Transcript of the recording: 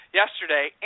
yesterday